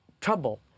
trouble